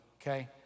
okay